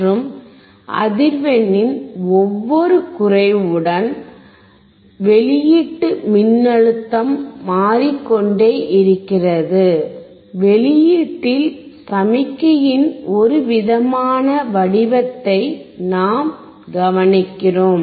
மற்றும் அதிர்வெண்ணின் ஒவ்வொரு குறைவுடனும் வெளியீட்டு மின்னழுத்தம் மாறிக்கொண்டே இருக்கிறது வெளியீட்டில் சமிக்ஞையின் ஒரு விதமான வடிவத்தை நாம் கவனிக்கிறோம்